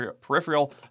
peripheral